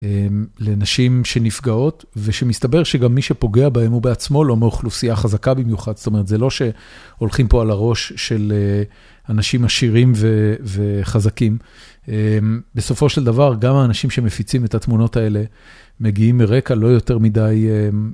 לנשים שנפגעות, ושמסתבר שגם מי שפוגע בהם הוא בעצמו לא מאוכלוסייה חזקה במיוחד. זאת אומרת, זה לא שהולכים פה על הראש של אנשים עשירים וחזקים. בסופו של דבר, גם האנשים שמפיצים את התמונות האלה, מגיעים מרקע לא יותר מדי...